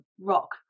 rock